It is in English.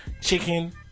chicken